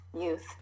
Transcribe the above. youth